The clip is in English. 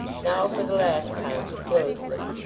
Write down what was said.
now for the last time he closed them.